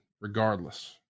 regardless